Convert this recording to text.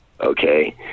okay